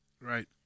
right